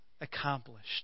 accomplished